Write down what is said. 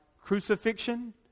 crucifixion